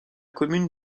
commune